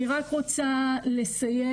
אני רק רוצה לסיים,